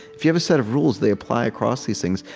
if you have a set of rules, they apply across these things.